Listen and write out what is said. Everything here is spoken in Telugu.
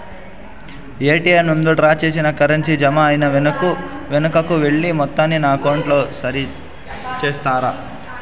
ఎ.టి.ఎం నందు డ్రా చేసిన కరెన్సీ జామ అయి వెనుకకు వెళ్లిన మొత్తాన్ని నా అకౌంట్ లో సరి చేస్తారా?